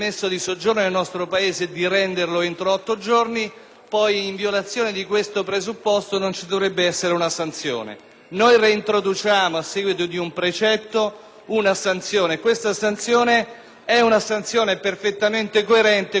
Noi reintroduciamo, a seguito di un precetto, una sanzione che è perfettamente coerente con l'ordinamento giuridico del nostro Paese. Non abbiamo cambiato idea sull'illecito